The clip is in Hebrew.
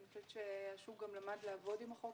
אני חושבת שהשוק גם למד לעבוד עם החוק